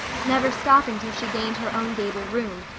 never stopping till she gained her own gable room,